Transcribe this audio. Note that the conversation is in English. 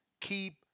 keep